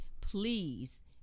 Please